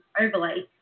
overlay